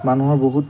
মানুহৰ বহুত